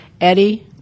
Eddie